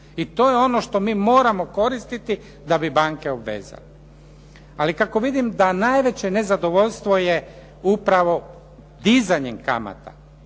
I to je ono što mi moramo koristiti da bi banke obvezali. Ali kako vidim da najveće nezadovoljstvo je upravo dizanjem kamata,